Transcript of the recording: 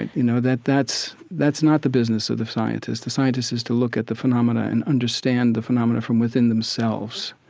you know, that that's that's not the business of the scientist. the scientist is to look at the phenomena and understand the phenomena from within themselves.